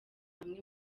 hamwe